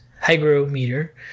hygrometer